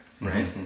right